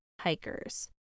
hikers